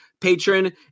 patron